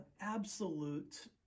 absolute